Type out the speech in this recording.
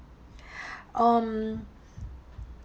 um